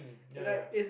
ya ya